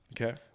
okay